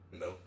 No